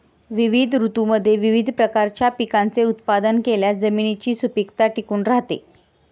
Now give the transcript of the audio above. विविध ऋतूंमध्ये विविध प्रकारच्या पिकांचे उत्पादन केल्यास जमिनीची सुपीकता टिकून राहते